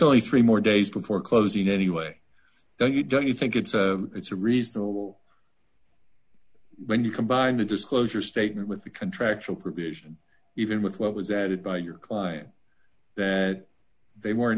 only three more days before closing anyway so you don't think it's a it's a reasonable when you combine the disclosure statement with the contractual provision even with what was added by your client that they weren't